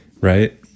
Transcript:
right